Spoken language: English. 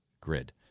grid